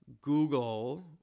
Google